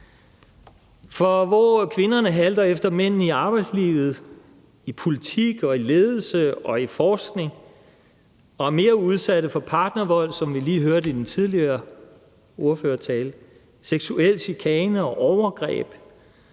Hvor kvinderne halter efter mændene i arbejdslivet, i politik, i ledelse og i forskning og er mere udsat for partnervold, som vi lige hørte i den tidligere ordførers tale, seksuel chikane og overgreb,